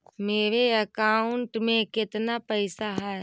मेरे अकाउंट में केतना पैसा है?